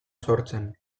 sortzen